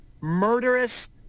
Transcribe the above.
murderous